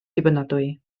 dibynadwy